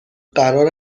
قرار